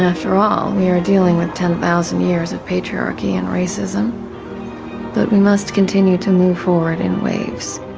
after all, we are dealing with ten thousand years of patriarchy and racism that we must continue to move forward in waves.